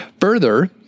Further